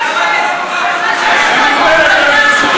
מה שאת עושה זה הסתה